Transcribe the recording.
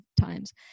times